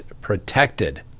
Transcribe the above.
protected